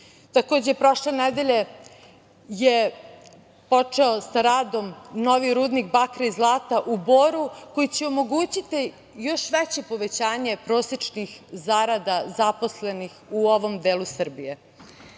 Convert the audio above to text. ljudi. Takođe, prošle nedelje je počeo sa radom novi rudnik bakra i zlata u Boru koji će omogućiti još veće povećanje prosečnih zarada zaposlenih u ovom delu Srbije. Tu